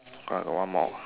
ah got one more